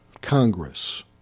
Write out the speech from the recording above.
Congress